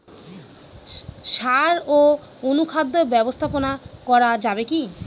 সাড় ও অনুখাদ্য ব্যবস্থাপনা করা যাবে কি?